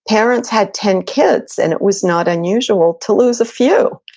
parents had ten kids and it was not unusual to lose a few.